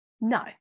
no